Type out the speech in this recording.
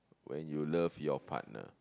when you love your partner